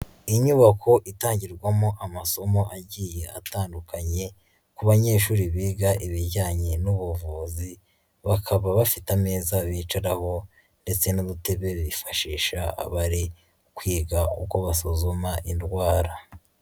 Inyubako itangirwamo amasomo agiye atandukanye ku banyeshuri biga ibijyanye n'ubuvuzi, bakaba bafite ameza bicaraho ndetse n'ubutebe bifashisha abari kwiga uko basuzuma indwara.